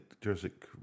Jurassic